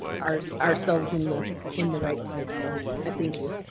our ourselves in the in the right place. so i thank you.